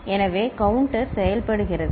எனவே கவுண்ட்டர் செயல்படுகிறது